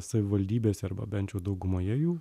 savivaldybėse arba bent jau daugumoje jų